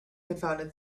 confounded